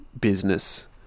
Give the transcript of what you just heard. business